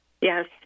Yes